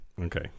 okay